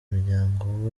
muryango